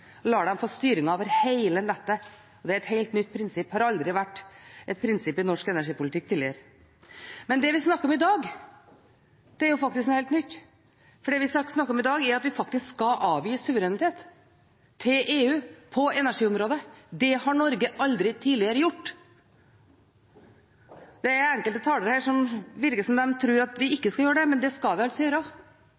lar dem få styringen over hele nettet. Det er et helt nytt prinsipp, det har aldri tidligere vært et prinsipp i norsk energipolitikk. Det vi snakker om i dag, er noe helt nytt, for det vi snakker om i dag, er at vi skal avgi suverenitet til EU på energiområdet. Det har Norge aldri tidligere gjort. Det virker som om enkelte talere her tror at vi